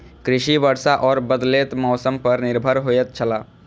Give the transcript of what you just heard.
कृषि वर्षा और बदलेत मौसम पर निर्भर होयत छला